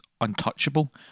untouchable